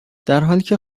درحالیکه